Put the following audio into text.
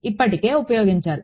ఇప్పటికే ఉపయోగించారు